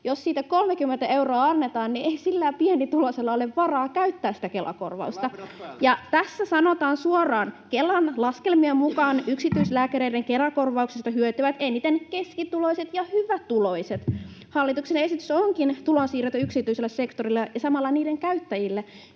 Jos siitä 30 euroa annetaan, niin ei pienituloisella ole varaa käyttää sitä Kela-korvausta. [Aki Lindén: Ja labrat päälle!] Tässä sanotaan suoraan, että Kelan laskelmien mukaan yksityislääkäreiden Kela-korvauksista hyötyvät eniten keskituloiset ja hyvätuloiset. Hallituksen esitys onkin tulonsiirto yksityiselle sektorille ja samalla sen käyttäjille,